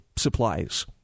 supplies